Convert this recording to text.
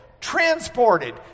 transported